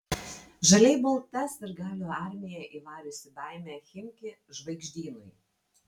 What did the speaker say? žaliai balta sirgalių armija įvariusi baimę chimki žvaigždynui